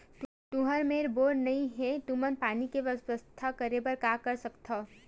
तुहर मेर बोर नइ हे तुमन पानी के बेवस्था करेबर का कर सकथव?